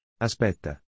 Aspetta